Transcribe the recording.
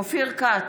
אופיר כץ,